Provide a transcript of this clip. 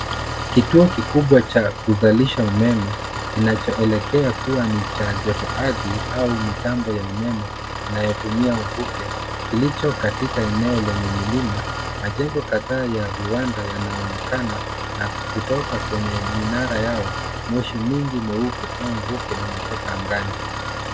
Kituo kikubwa cha kuzalisha umeme kinachoelekea kuwa ni cha joto ardhi au mitambo ya umeme inayotumia mvuke kilicho katika eneo lenye milima. Majengo kadhaa ya viwandani yanaonekana. Na kutoka kwenye minara yao, moshi mwingi mweupe au mvuke unatoka angani.